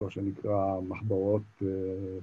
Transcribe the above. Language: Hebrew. מה שנקרא, מחברות.